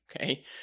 okay